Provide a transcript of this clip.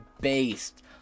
based